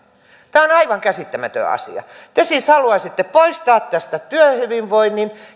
tämä on aivan käsittämätön asia te siis haluaisitte poistaa tästä työhyvinvoinnin